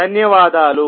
ధన్యవాదాలు